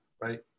right